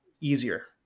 easier